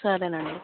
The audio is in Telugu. సరేనండి